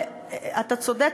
אתה צודק,